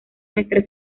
nuestra